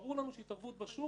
ברור לנו שהתערבות בשוק